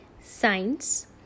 Science